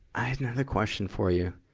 i had another question for you.